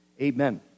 Amen